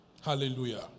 Hallelujah